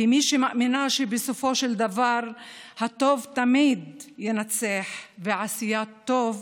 כמי שמאמינה שבסופו של דבר הטוב תמיד ינצח ועשיית טוב